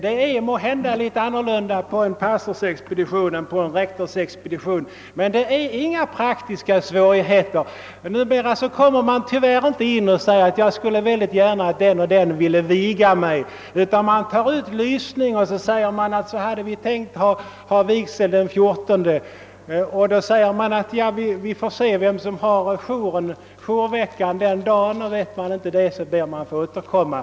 Det är måhända litet annorlunda på en pastorsexpedition än på en rektorsexpedition, men inga praktiska svårigheter i det här fallet. Numera kommer man inte så ofta och säger att man vill bli vigd av den eller den prästen, utan man tar ut lysning och säger: »Vi hade tänkt viga oss den 14. Vem blir det?», och vederbörande får svaret: » Vi får se vem som har jour den dagen.» Vet man inte detta, ber man att få återkomma.